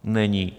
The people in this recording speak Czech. Není.